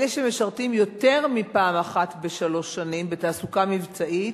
אלה שמשרתים יותר מפעם אחת בשלוש שנים בתעסוקה מבצעית,